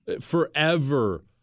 Forever